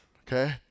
okay